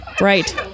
Right